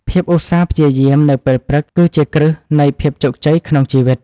ភាពឧស្សាហ៍ព្យាយាមនៅពេលព្រឹក គឺជាគ្រឹះនៃភាពជោគជ័យក្នុងជីវិត។